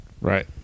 Right